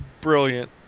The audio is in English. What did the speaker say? brilliant